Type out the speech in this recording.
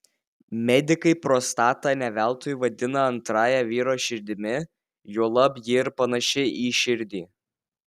medikai prostatą ne veltui vadina antrąja vyro širdimi juolab ji ir panaši į širdį